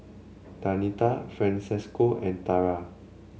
Danita Francesco and Tarah